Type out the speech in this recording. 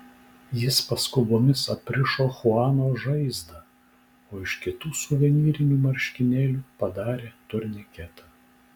jis paskubomis aprišo chuano žaizdą o iš kitų suvenyrinių marškinėlių padarė turniketą